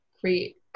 create